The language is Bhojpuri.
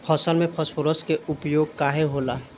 फसल में फास्फोरस के उपयोग काहे होला?